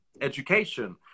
education